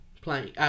playing